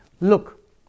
look